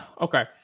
Okay